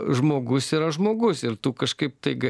žmogus yra žmogus ir tu kažkaip tai g